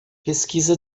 pesquisa